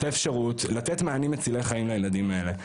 האפשרות לתת מענים מצילי חיים לילדים האלה,